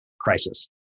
crisis